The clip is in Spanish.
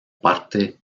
parte